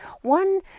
one